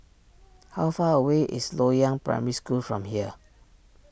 how far away is Loyang Primary School from here